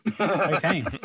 Okay